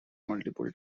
multiple